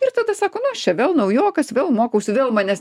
ir tada sako nu aš čia vėl naujokas vėl mokausi vėl manęs